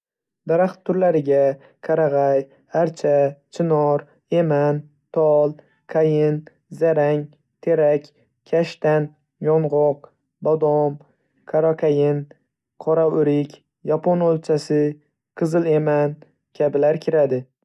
Daraxt turlariga: Qarag‘ay, archa, chinor, eman, tol, qayin, zarang, terak, kashtan, yong‘oq, bodom, qoraqayin, qora o‘rik, yapon olchasi, qizil eman kabilar kiradi.